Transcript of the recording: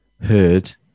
heard